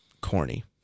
corny